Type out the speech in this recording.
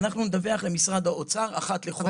ואנחנו נדווח למשרד האוצר אחת לחודש על אותם מקרים.